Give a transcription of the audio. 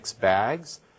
bags